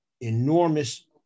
enormous